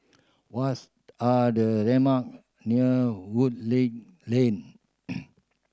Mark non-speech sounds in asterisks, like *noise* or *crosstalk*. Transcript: what's are the landmark near Woodleigh Link *noise*